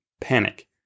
panic